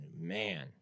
man